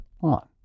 on